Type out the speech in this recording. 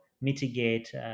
mitigate